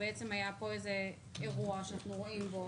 היה פה איזה אירוע שאנחנו רואים בו